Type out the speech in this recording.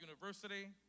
University